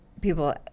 people